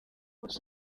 bose